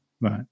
Right